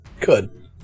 Good